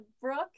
Brooke